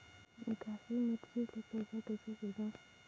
निकासी परची ले पईसा कइसे भेजों?